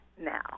now